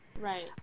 right